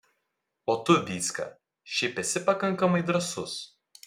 o tu vycka šiaip esi pakankamai drąsus